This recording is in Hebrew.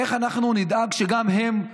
איך אנחנו נדאג שגם הם,